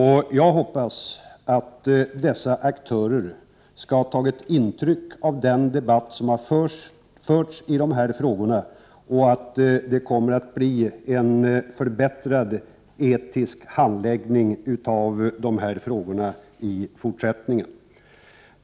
Jag hoppas att dessa aktörer skall ha tagit intryck av den debatt som har förts i de här frågorna och att det kommer att bli en förbättrad etisk handläggning i fortsättningen.